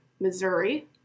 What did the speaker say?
Missouri